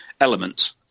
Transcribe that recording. Element